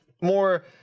more